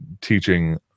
teaching